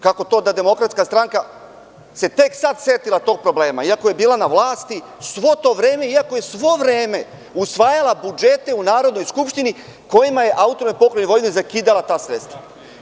Kako to da se DS tek sad setila tog problema, iako je bila na vlasti svo to vreme, iako je svo vreme usvajala budžete u Narodnoj skupštini kojima je AP Vojvodini zakidala ta sredstva?